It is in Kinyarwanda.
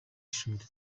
ishuri